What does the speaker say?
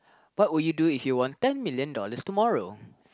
what would you do if you won ten million dollars tomorrow